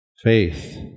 Faith